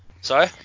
Sorry